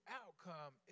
outcome